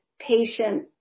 patient